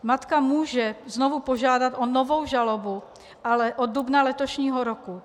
Matka může znovu požádat o novou žalobu, ale od dubna letošního roku.